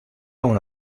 una